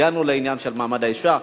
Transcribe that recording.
והגענו לעניין של מעמד האשה.